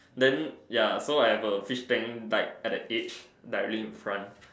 then ya so I have a fish tank like at the edge directly in front